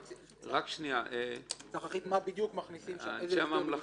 מה בדיוק מכניסים לשם.